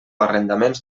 arrendaments